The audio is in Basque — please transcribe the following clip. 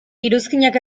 iruzkinak